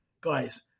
guys